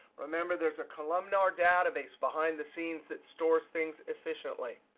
remember, there's a columnar database behind the scenes that stores things efficiently.